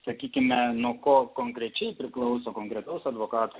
sakykime nuo ko konkrečiai priklauso konkretaus advokato